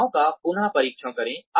घटनाओं का पुन परीक्षण करें